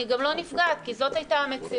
אני גם לא נפגעת כי זאת הייתה המציאות,